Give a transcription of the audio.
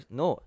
no